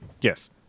Yes